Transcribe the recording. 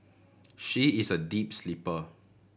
she is a deep sleeper